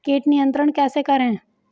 कीट नियंत्रण कैसे करें?